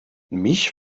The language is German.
mich